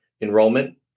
enrollment